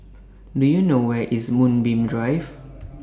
Do YOU know Where IS Moonbeam Drive